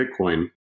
Bitcoin